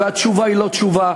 והתשובה היא לא תשובה.